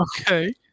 okay